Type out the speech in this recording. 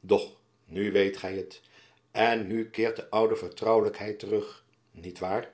doch nu weet gy het en nu keert de oude vertrouwelijkheid terug niet waar